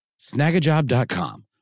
Snagajob.com